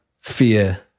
fear